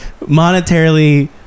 monetarily